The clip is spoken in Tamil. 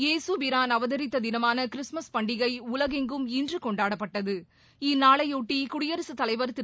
இயேசு பிரான் அவதரித்த தினமான கிறிஸ்துமஸ் பண்டிகை உலகெங்கும் இன்று கொண்டாடப்பட்டது இந்நாளையொட்டி குடியரசுத் தலைவர் திரு